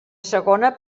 segona